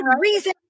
reason